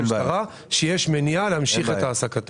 קצין משטרה, שיש מניעה להמשיך את העסקתו.